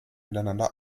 miteinander